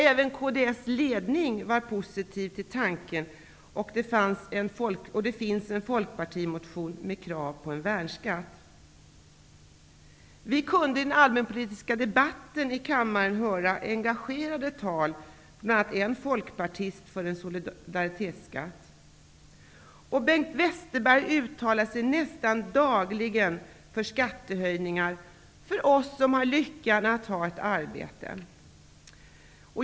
Även kds ledning var positiv till tanken, och det finns en folkpartimotion med krav om en värnskatt. I den allmänpolitiska debatten kunde vi i kammaren höra engagerade tal, bl.a. från en folkpartist, om en solidaritetsskatt. Bengt Westerberg uttalar sig nästan dagligen för skattehöjningar för dem som har lyckan att ha ett arbete.